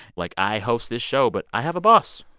like, i host this show, but i have a boss.